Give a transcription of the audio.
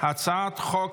אני קובע כי הצעת חוק